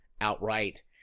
outright